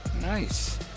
nice